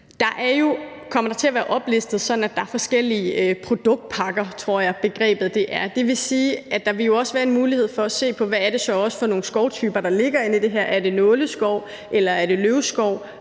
Der kommer til at være oplistet, at der er forskellige produktpakker – tror jeg at begrebet er – det vil sige, at der også vil være en mulighed for at se på, hvad det er for nogle skovtyper, der ligger i det her. Er det nåleskov, eller er det løvskov,